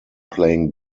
playing